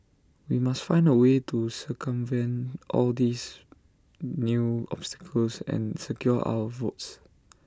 we must find A way to circumvent all these new obstacles and secure our votes